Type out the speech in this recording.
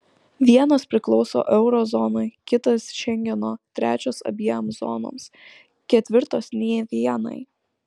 vienos priklauso euro zonai kitos šengeno trečios abiem zonoms ketvirtos nė vienai